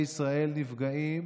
אזרחי ישראל נפגעו,